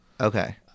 okay